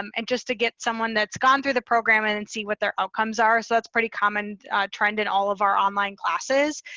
um and just to get someone that's gone through the program and and see what their outcomes are. so that's pretty common trend in all of our online classes.